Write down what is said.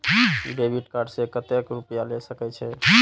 Debit card से कतेक रूपया ले सके छै?